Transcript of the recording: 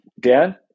Dan